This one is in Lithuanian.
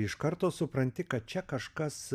iš karto supranti kad čia kažkas